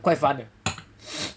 quite fun eh